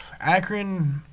Akron